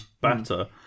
batter